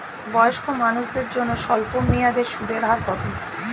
বয়স্ক মানুষদের জন্য স্বল্প মেয়াদে সুদের হার কত?